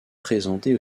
présentée